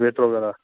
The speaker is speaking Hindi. प्लेट वगैरह